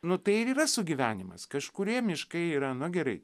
nu tai ir yra sugyvenimas kažkurie miškai yra nu gerai